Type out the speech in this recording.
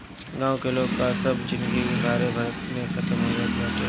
गांव के लोग कअ सब जिनगी उधारे भरत में खतम हो जात बाटे